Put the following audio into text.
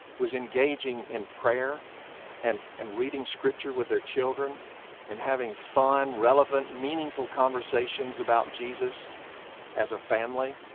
was engaging in prayer and and reading scripture with their children and having fun, relevant, meaningful conversations about jesus as a family?